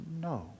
no